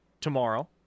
tomorrow